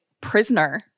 prisoner